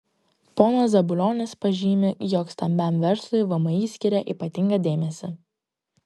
ponas zabulionis pažymi jog stambiam verslui vmi skiria ypatingą dėmesį